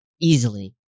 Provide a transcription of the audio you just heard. easily